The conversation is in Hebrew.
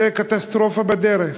זה קטסטרופה בדרך.